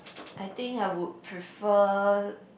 I think I would prefer